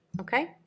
Okay